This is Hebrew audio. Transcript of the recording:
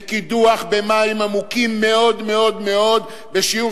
בקידוח במים עמוקים מאוד-מאוד-מאוד בשיעור